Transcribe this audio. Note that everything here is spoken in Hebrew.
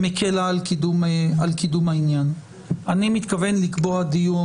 אני מתכוון לקבוע דיון,